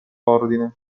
ordine